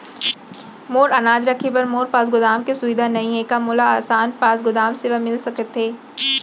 मोर अनाज रखे बर मोर पास गोदाम के सुविधा नई हे का मोला आसान पास गोदाम सेवा मिलिस सकथे?